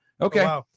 Okay